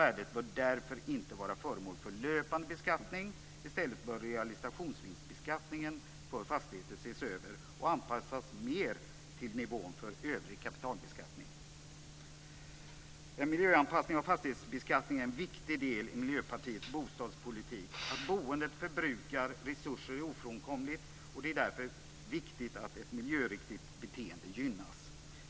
Värdet bör därför inte vara föremål för löpande beskattning. I stället bör realisationsvinstbeskattningen för fastigheter ses över och anpassas mer till nivån för övrig kapitalbeskattning. En miljöanpassning av fastighetsbeskattningen är en viktig del i Miljöpartiets bostadspolitik. Att boendet förbrukar resurser är ofrånkomligt. Det är därför viktigt att ett miljöriktigt beteende gynnas.